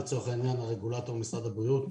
לצורך העניין הרגולטור ממשרד הבריאות.